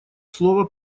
слово